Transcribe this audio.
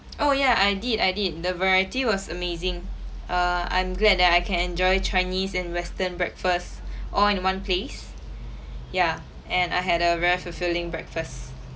oh ya I did I did the variety was amazing err I'm glad that I can enjoy chinese and western breakfast all in one place ya and I had a very fulfilling breakfast